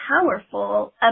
powerful